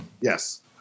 yes